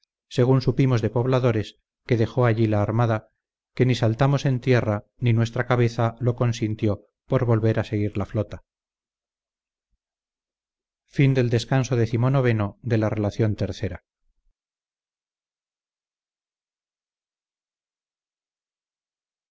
según supimos de pobladores que dejó allí la armada aunque ni saltamos en tierra ni nuestra cabeza lo consintió por volver a seguir la flota